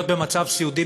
להיות במצב סיעודי,